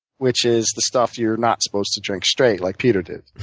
which is the stuff you're not supposed to drink straight like peter did.